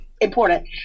important